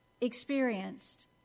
experienced